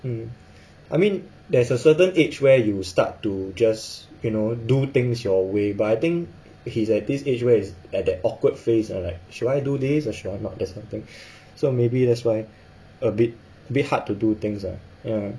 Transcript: mm I mean there's a certain age where you start to just you know do things your way but I think he's at this age where it's at the awkward phase where like should I do this or should I not that's the thing so maybe that's why a bit bit hard to do things ah ya